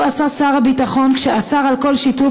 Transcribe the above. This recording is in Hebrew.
טוב עשה שר הביטחון כשאסר כל שיתוף